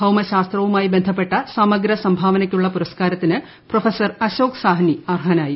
ഭൌമശാസ്ത്രവുമായി ബന്ധപ്പെട്ട സമഗ്ര സംഭാവനയ്ക്കുള്ള പുരസ്കാരത്തിന് പ്രൊഫസർ അശോക് സാഹ്നി അർഹനായി